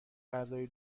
غذای